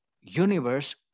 universe